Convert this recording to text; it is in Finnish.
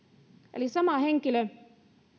eli sama henkilö